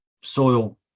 soil